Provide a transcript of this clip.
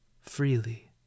freely